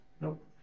Nope